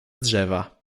drzewa